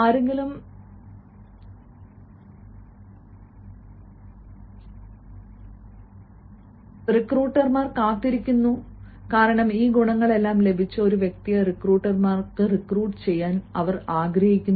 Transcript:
ആരെയെങ്കിലും കാത്തിരിക്കുന്നതു നിങ്ങളാണെന്ന് ചിന്തിക്കാൻ തുടങ്ങുക റിക്രൂട്ടർ കാത്തിരിക്കുന്നു കാരണം ഈ ഗുണങ്ങളെല്ലാം ലഭിച്ച ഒരു വ്യക്തിയെ റിക്രൂട്ട് ചെയ്യാൻ റിക്രൂട്ടർ ആഗ്രഹിക്കുന്നു